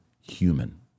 human